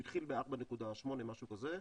הוא התחיל מ-4.8, משהו כזה,